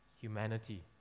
humanity